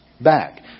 back